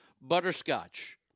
butterscotch